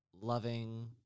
loving